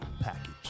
package